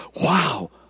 Wow